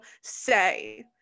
say